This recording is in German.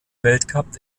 weltcup